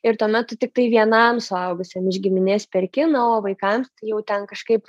ir tuomet tu tiktai vienam suaugusiam iš giminės perki na o vaikams tai jau ten kažkaip